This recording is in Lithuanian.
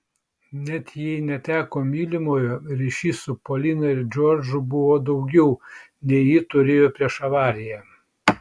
net jei neteko mylimojo ryšys su polina ir džordžu buvo daugiau nei ji turėjo prieš avariją